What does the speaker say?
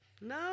No